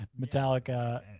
Metallica